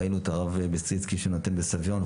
ראינו את הרב ביסטריצקי שנותן בסביון,